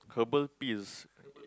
herbal piece